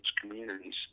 communities